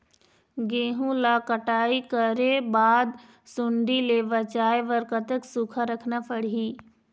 गेहूं ला कटाई करे बाद सुण्डी ले बचाए बर कतक सूखा रखना पड़ही?